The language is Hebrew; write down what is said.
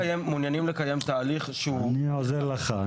אני עוזר לך.